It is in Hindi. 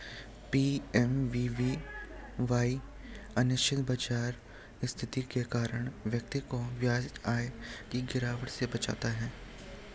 पी.एम.वी.वी.वाई अनिश्चित बाजार स्थितियों के कारण व्यक्ति को ब्याज आय की गिरावट से बचाता है